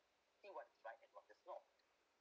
knew what is right and what is wrong